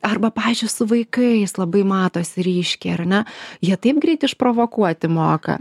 arba pavyzdžiui su vaikais labai matosi ryškiai ar ne jie taip greit išprovokuoti moka